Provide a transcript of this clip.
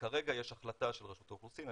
וכרגע יש החלטה של רשות האוכלוסין,